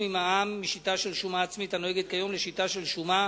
ממע"מ משיטה של שומה עצמית הנוהגת כיום לשיטה של שומה